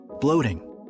bloating